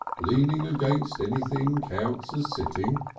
leaning against anything counts as sitting,